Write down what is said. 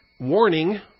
warning